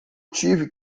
tive